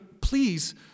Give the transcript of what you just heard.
please